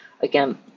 Again